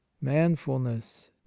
manfulness